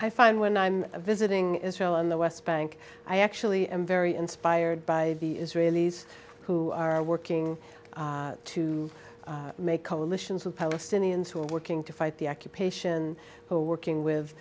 i find when i'm visiting israel on the west bank i actually am very inspired by the israelis who are working to make coalitions of palestinians who are working to fight the occupation who are working with